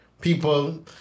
people